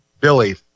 Billy